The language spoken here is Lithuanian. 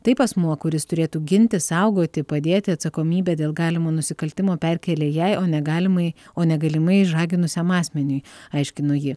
taip asmuo kuris turėtų ginti saugoti padėti atsakomybę dėl galimo nusikaltimo perkėlė jai o ne galimai o ne galimai išžaginusiam asmeniui aiškino ji